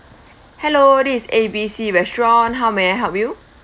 hello this is A B C restaurant how may I help you